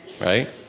right